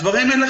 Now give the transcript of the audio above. הדברים האלה,